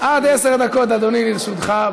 עד עשר דקות, אדוני, לרשותך.